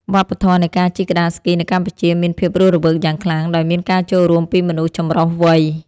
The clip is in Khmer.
វប្បធម៌នៃការជិះក្ដារស្គីនៅកម្ពុជាមានភាពរស់រវើកយ៉ាងខ្លាំង ដោយមានការចូលរួមពីមនុស្សចម្រុះវ័យ។